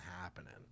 happening